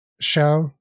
show